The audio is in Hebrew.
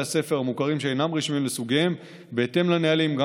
הספר המוכרים שאינם רשמיים לסוגיהם בהתאם לנהלים גם